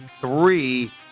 three